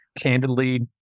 candidly